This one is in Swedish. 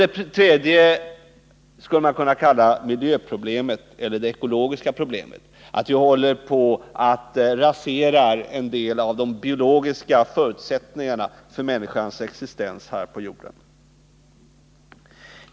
Ett tredje problem skulle jag vilja kalla miljöproblemet eller det ekologiska problemet, att vi håller på att rasera en del av de biologiska förutsättningarna för människans existens här på jorden.